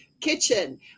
Kitchen